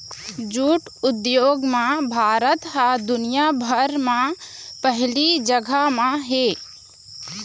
jute उद्योग म भारत ह दुनिया भर म पहिली जघा म हे